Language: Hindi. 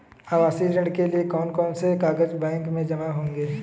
आवासीय ऋण के लिए कौन कौन से कागज बैंक में जमा होंगे?